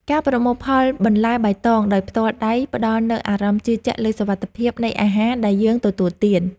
ការប្រមូលផលបន្លែបៃតងដោយផ្ទាល់ដៃផ្តល់នូវអារម្មណ៍ជឿជាក់លើសុវត្ថិភាពនៃអាហារដែលយើងទទួលទាន។